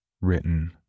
Written